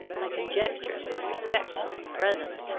my conjectures with respect to the present,